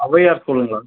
Avvaiyar ஸ்கூலுங்களா